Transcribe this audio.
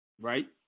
Right